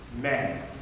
men